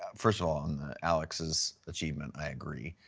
ah first of all on alex's achievement, i agree.